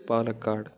Palakkad